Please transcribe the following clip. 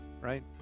right